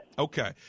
Okay